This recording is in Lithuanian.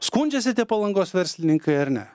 skundžiasi tie palangos verslininkai ar ne